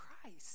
Christ